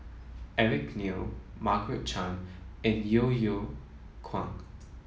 Eric Neo Margaret Chan and Yeo Yeow Kwang